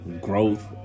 growth